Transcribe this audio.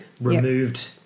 removed